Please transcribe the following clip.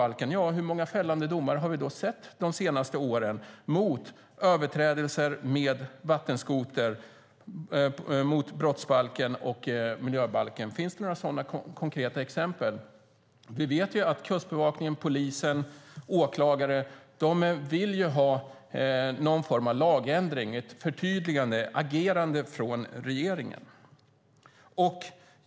Jag skulle vilja veta hur många fällande domar som avkunnats de senaste åren för överträdelser med vattenskoter mot brottsbalken och miljöbalken. Finns det några sådana konkreta exempel? Vi vet att Kustbevakningen, polisen och åklagare vill ha någon form av lagändring, ett förtydligande agerande från regeringen.